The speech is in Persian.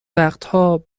وقتها